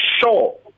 sure